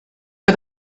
for